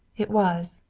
it was,